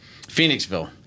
Phoenixville